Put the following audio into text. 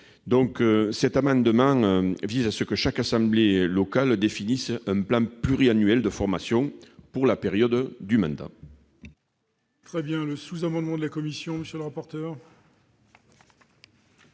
Cet amendement vise à ce que chaque assemblée locale définisse un plan pluriannuel de formation pour la durée du mandat.